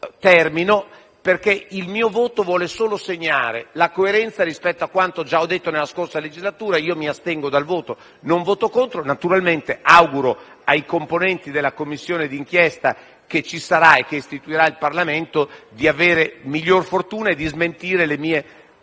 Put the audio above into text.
d'inchiesta. Il mio voto vuole solo segnare la coerenza rispetto a quanto ho già detto nella scorsa legislatura. Mi astengo dal voto, non voto contro. Naturalmente auguro ai componenti della Commissione di inchiesta, che ci sarà e che il Parlamento istituirà, di avere migliore fortuna e di smentire le mie, purtroppo,